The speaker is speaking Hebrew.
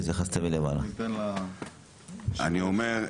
אני אומר,